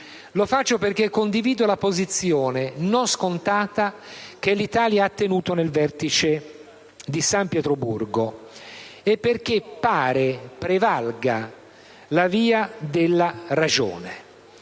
Lo faccio perché condivido la posizione non scontata che l'Italia ha tenuto nel Vertice di San Pietroburgo e perché pare prevalga la via della ragione.